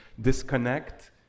disconnect